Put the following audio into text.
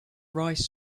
rice